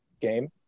game